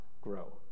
grow